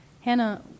Hannah